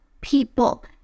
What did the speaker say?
people